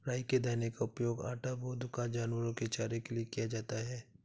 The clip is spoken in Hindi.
राई के दाने का उपयोग आटा, वोदका, जानवरों के चारे के लिए किया जाता है